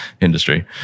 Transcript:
industry